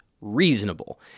reasonable